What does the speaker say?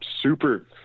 Super